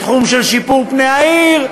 בתחום של שיפור פני העיר,